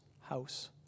house